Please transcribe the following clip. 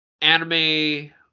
anime